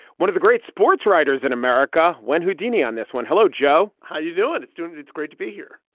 one of the great sportswriters in america when houdini on this one. hello, joe. how do you do it? it's doing it's great to be here.